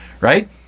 right